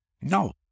No